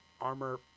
armor